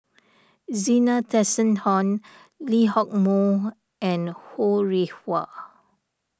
Zena Tessensohn Lee Hock Moh and Ho Rih Hwa